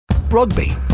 rugby